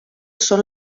són